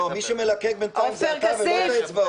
לא, לא, מי שמלקק בינתיים זה אתה ולא את האצבעות.